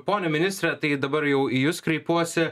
pone ministre tai dabar jau į jus kreipiuosi